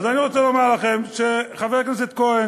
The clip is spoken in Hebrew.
אז אני רוצה לומר לכם שחבר הכנסת כהן,